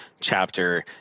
chapter